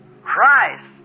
Christ